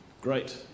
great